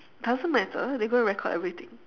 doesn't matter they're gonna record everything